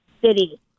City